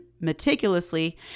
meticulously